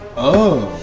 oh,